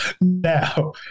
now